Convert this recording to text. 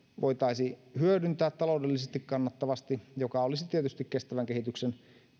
voitaisi hyödyntää taloudellisesti kannattavasti mikä olisi tietysti kestävän kehityksen